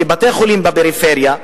כי בתי-החולים בפריפריה,